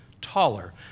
taller